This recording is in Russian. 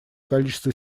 количество